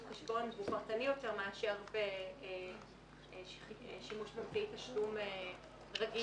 חשבון והוא פרטני יותר מאשר בשימוש באמצעי תשלום "רגיל".